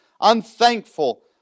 unthankful